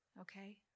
Okay